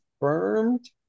Confirmed